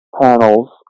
panels